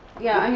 yeah,